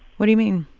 what do you mean?